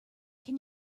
can